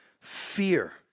fear